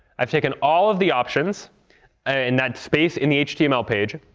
i've taken all of the options in that space in the html page.